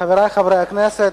חברי חברי הכנסת,